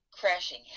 crashing